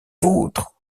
vôtres